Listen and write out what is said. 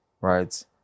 right